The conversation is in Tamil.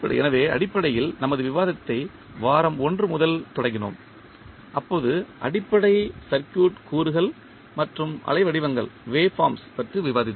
எனவே அடிப்படையில் நமது விவாதத்தை வாரம் 1 முதல் தொடங்கினோம் அப்போது அடிப்படை சர்க்யூட் கூறுகள் மற்றும் அலைவடிவங்கள் பற்றி விவாதித்தோம்